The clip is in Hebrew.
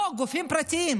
לא, גם גופים פרטיים.